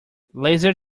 laser